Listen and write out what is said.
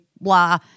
blah